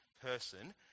person